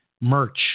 merch